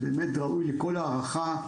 זה באמת ראוי לכל הערכה,